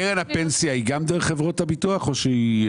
קרן הפנסיה היא גם דרך חברות הביטוח או שהיא?